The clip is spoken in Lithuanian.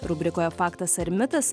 rubrikoje faktas ar mitas